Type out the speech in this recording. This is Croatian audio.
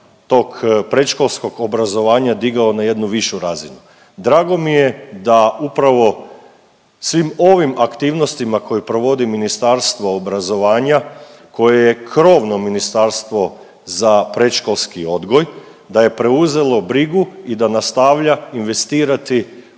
predškolskog obrazovanja digao na jednu višu razinu. Drago mi je da upravo svim ovim aktivnostima koje provodi Ministarstvo obrazovanja, koje je krovno ministarstvo za predškolski odgoj, da je preuzelo brigu i da nastavlja investirati